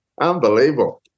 unbelievable